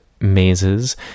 mazes